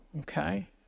okay